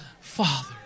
father